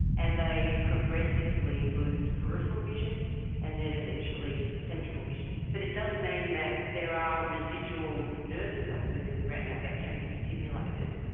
and they progressively lose peripheral vision and then eventually central vision. but it does mean that there are residual nerve cells within the retina that can be stimulated.